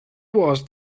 was